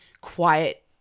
quiet